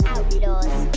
Outlaws